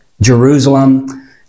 Jerusalem